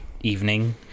evening